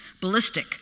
Ballistic